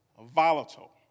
volatile